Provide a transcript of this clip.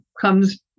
comes